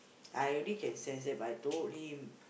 I already can sense that but I told him